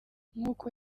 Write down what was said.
nk’uko